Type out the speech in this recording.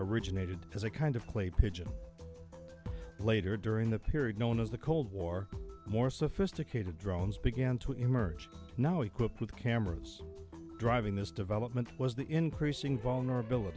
originated as a kind of clay pigeon later der in the period known as the cold war more sophisticated drones began to emerge now equipped with cameras driving this development was the increasing vulnerab